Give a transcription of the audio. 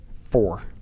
Four